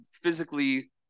physically